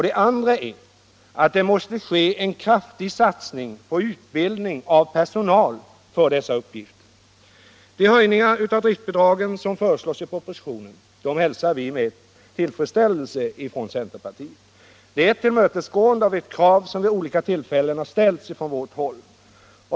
Det andra är att det måste göras en kraftig satsning på utbildning av personal för dessa uppgifter. De höjningar av driftbidragen som föreslås i propositionen hälsar vi från centern med tillfredsställelse. Det är ett tillmötesgående av ett krav som vid olika tillfällen ställts från vårt håll.